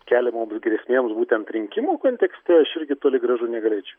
keliamoms grėsmėms būtent rinkimų kontekste aš irgi toli gražu negalėčiau